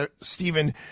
Stephen